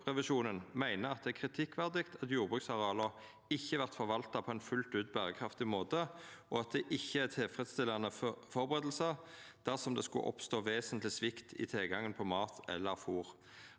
Riksrevisjonen meiner det er kritikkverdig at jordbruksareala ikkje vert forvalta på ein fullt ut berekraftig måte, og at det ikkje er tilfredsstillande førebuingar dersom det skulle oppstå vesentleg svikt i tilgangen på mat eller fôr.